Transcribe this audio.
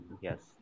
Yes